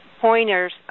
pointers